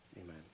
Amen